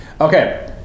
okay